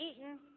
eaten